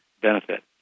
benefit